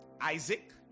Isaac